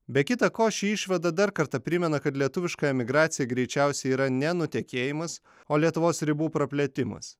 be kita ko ši išvada dar kartą primena kad lietuviška emigracija greičiausiai yra ne nutekėjimas o lietuvos ribų praplėtimas